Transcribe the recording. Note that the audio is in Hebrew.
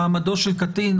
מעמדו של קטין,